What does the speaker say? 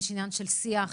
יש עניין של שיח,